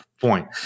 point